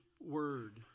word